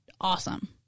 Awesome